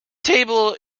table